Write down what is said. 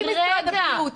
עם משרד הבריאות,